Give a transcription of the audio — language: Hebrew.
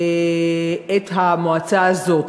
של המועצה הזאת.